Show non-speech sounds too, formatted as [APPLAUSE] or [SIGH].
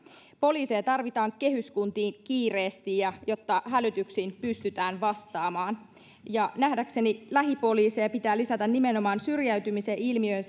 poliiseja tarvitaan kehyskuntiin kiireesti jotta hälytyksiin pystytään vastaamaan nähdäkseni lähipoliiseja pitää lisätä nimenomaan syrjäytymisen ilmiöön [UNINTELLIGIBLE]